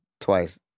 twice